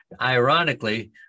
ironically